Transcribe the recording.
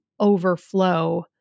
overflow